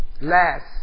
last